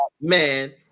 Man